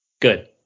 Good